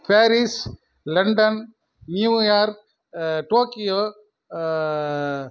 Paris London New York Tokyo